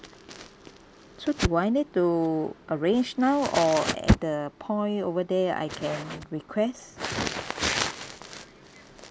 so do I need to arrange now or at the point over there I can request